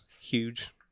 huge